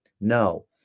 No